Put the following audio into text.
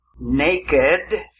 naked